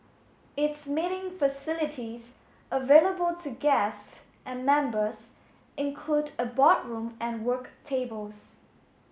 its meeting facilities available to guests and members include a boardroom and work tables